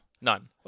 None